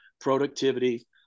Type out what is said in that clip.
productivity